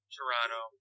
Toronto